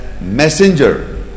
messenger